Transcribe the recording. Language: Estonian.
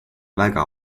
väga